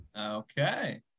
Okay